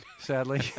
sadly